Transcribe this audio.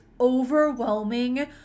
overwhelming